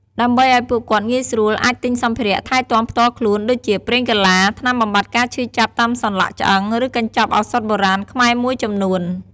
ដើម្បីអោយពួកគាត់ងាយស្រួល អាចទិញសម្ភារៈថែទាំផ្ទាល់ខ្លួន ដូចជាប្រេងកូឡា ថ្នាំបំបាត់ការឈឺចាប់តាមសន្លាក់ឆ្អឹង ឬកញ្ចប់ឱសថបុរាណខ្មែរមួយចំនួន។